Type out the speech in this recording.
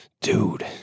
Dude